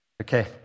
Okay